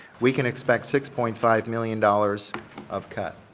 we can expect six point five million dollars of cut.